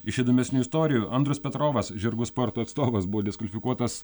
iš įdomesnių istorijų andrius petrovas žirgų sporto atstovas buvo diskvalifikuotas